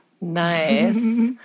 Nice